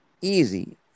easy